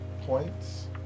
points